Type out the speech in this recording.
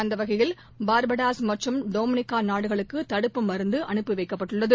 அந்தவகையில் பார்படோஸ் மற்றும் டொமினிக்காநாடுகளுக்குதடுப்பு மருந்துஅனுப்பப்பட்டுள்ளது